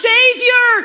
Savior